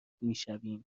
میشویم